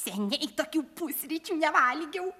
seniai tokių pusryčių nevalgiau